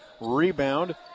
rebound